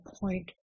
point